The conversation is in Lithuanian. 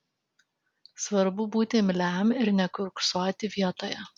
svarbu būti imliam ir nekiurksoti vietoje